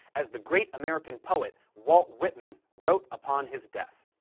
as the great american poet walt whitman wrote upon his death.